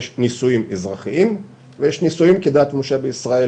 יש נישואים אזרחיים ויש נישואים כדת משה וישראל,